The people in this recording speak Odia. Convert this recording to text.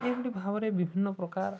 ଏମିତି ଭାବରେ ବିଭିନ୍ନ ପ୍ରକାର